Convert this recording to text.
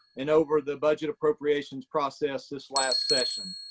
and over the budget appropriations process this last session.